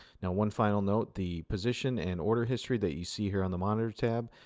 now, one final note the position and order history that you see here on the monitor tab,